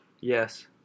Yes